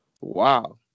Wow